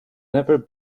never